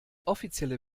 offizielle